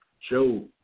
show